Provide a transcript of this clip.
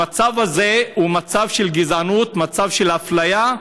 המצב הזה הוא מצב של גזענות, מצב של אפליה.